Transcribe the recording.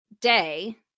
day